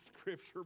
Scripture